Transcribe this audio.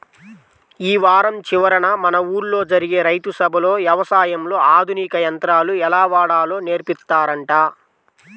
యీ వారం చివరన మన ఊల్లో జరిగే రైతు సభలో యవసాయంలో ఆధునిక యంత్రాలు ఎలా వాడాలో నేర్పిత్తారంట